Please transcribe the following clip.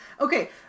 Okay